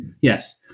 Yes